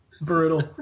Brutal